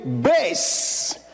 base